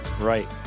Right